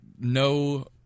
no